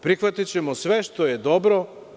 Prihvatićemo sve što je dobro.